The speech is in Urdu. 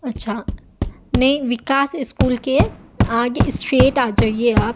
اچھا نہیں وکاس اسکول کے آگے اسٹریٹ آ جائیے آپ